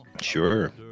Sure